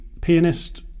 pianist